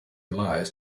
lies